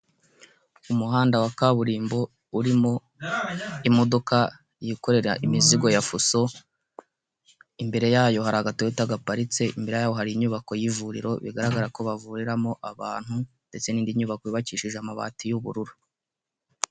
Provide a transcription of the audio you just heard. Umuhanda wa kaburimbo urimo imodoka yikorera imizigo ya fuso, imbere yayo hari agatoyota gaparitse, imbere yayo hari inyubako y'ivuriro bigaragara ko bavuriramo abantu, ndetse n'indi nyubako yubakishije amabati y'ubururu.